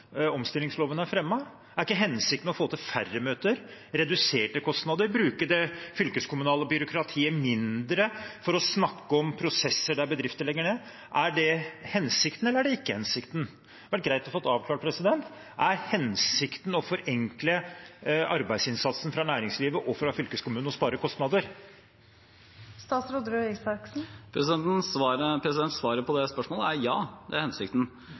omstillingsloven er fremmet? Er ikke hensikten å få til færre møter, reduserte kostnader og å bruke det fylkeskommunale byråkratiet mindre til å snakke om prosesser der bedrifter legger ned? Er det hensikten, eller er det ikke hensikten? Det hadde det vært greit å få avklart. Er hensikten å forenkle arbeidsinnsatsen fra næringslivet og fra fylkeskommunen og spare kostnader? Svaret på det spørsmålet er: Ja, det er hensikten.